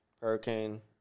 Hurricane